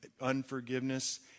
unforgiveness